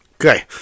Okay